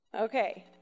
Okay